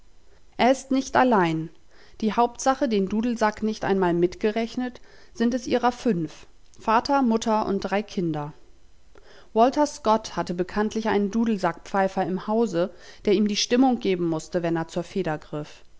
er ist nicht allein die hauptsache den dudelsack nicht einmal mitgerechnet sind es ihrer fünf vater mutter und drei kinder walter scott hatte bekanntlich einen dudelsackpfeifer im hause der ihm die stimmung geben mußte wenn er zur feder